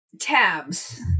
Tabs